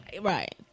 Right